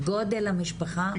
גודל המשפחה?